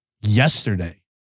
yesterday